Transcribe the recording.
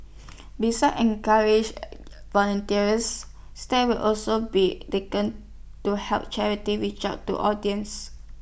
besides encourage volunteers step will also be taken to help charity reach out to audience